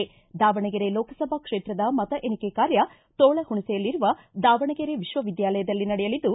ದಾವಣಗೆರೆ ಲೋಕಸಭಾ ಕ್ಷೇತ್ರದ ಮತ ಎಣಿಕೆ ಕಾರ್ಯ ತೋಳಹುಣಸೆಯಲ್ಲಿರುವ ದಾವಣಗೆರೆ ವಿಶ್ವವಿದ್ಯಾಲಯದಲ್ಲಿ ನಡೆಯಲಿದ್ದು